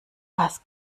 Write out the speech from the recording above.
was